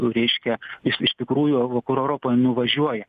reiškia jis iš tikrųjų vakarų europoje nuvažiuoja